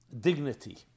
Dignity